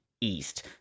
East